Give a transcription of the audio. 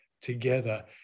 together